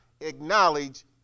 acknowledge